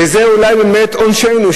וזה אולי באמת עונשנו,